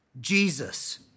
Jesus